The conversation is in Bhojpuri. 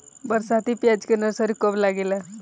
बरसाती प्याज के नर्सरी कब लागेला?